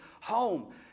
home